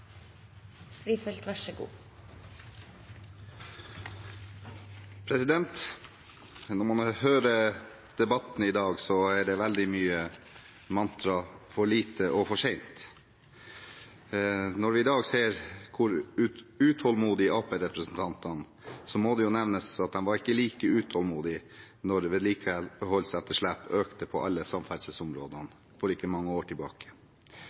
det veldig mye mantraet «for lite og for sent». Når vi i dag ser hvor utålmodige Arbeiderparti-representantene er, må det nevnes at de var ikke like utålmodige da vedlikeholdsetterslepet økte på alle samferdselsområdene for ikke mange år